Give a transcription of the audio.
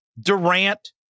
Durant